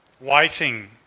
waiting